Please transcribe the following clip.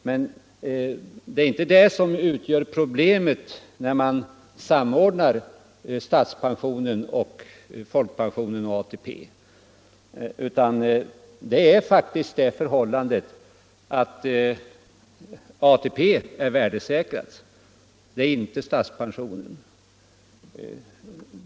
Men det är inte detta som utgör problemet när statspension, folkpension och ATP samordnas, utan det är faktiskt det förhållandet att ATP är värdesäkrad men inte statspensionen.